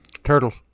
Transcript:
Turtles